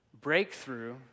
Breakthrough